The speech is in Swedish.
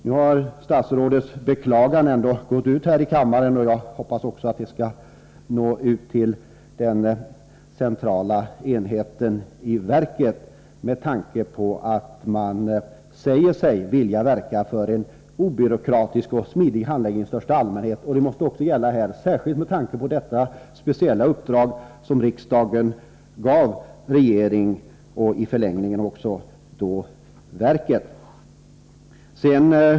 Nu harstatsrådets beklagande ändå gått ut här i kammaren, och jag hoppas att det också skall nå ut till den centrala enheten i verket. Man säger sig ju vilja verka för en obyråkratisk och smidig handläggning i största allmänhet, och det måste också gälla här, särskilt med tanke på det speciella uppdrag som riksdagen gav regeringen och i förlängningen då också verket.